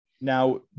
Now